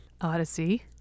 Odyssey